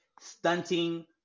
Stunting